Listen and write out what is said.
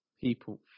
people